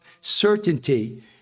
certainty